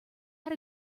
had